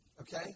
Okay